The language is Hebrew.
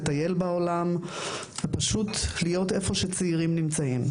לטייל בעולם ופשוט להיות איפה שצעירים נמצאים.